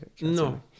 No